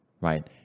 right